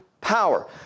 power